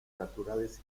naturales